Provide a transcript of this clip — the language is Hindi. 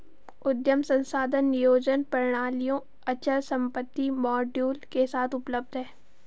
उद्यम संसाधन नियोजन प्रणालियाँ अचल संपत्ति मॉड्यूल के साथ उपलब्ध हैं